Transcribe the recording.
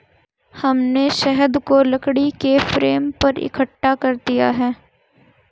हमने शहद को लकड़ी के फ्रेम पर इकट्ठा कर दिया है